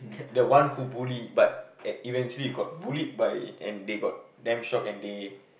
the one who bully but e~ eventually got bullied by and they got damn shocked and they